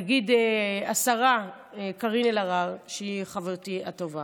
נגיד לשרה קארין אלהרר, שהיא חברתי הטובה,